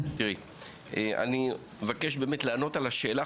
אני מבקש באמת לענות על השאלה.